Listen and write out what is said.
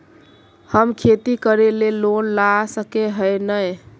हम खेती करे ले लोन ला सके है नय?